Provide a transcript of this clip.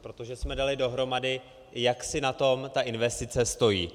Protože jsme dali dohromady, jak si na tom investice stojí.